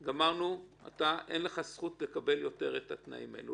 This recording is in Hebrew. גמרנו, אין לך זכות לקבל יותר את התנאים האלה.